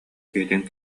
киһитин